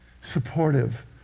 Supportive